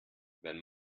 wenn